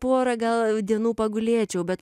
porą gal dienų pagulėčiau bet